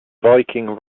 viking